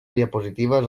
diapositives